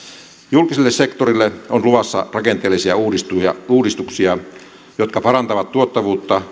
julkiselle sektorille on luvassa rakenteellisia uudistuksia uudistuksia jotka parantavat tuottavuutta